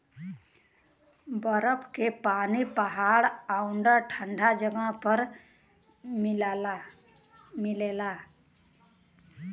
बरफ के पानी पहाड़ आउर ठंडा जगह पर मिलला